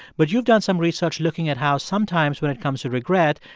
but you've done some research looking at how sometimes, when it comes to regret,